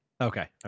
Okay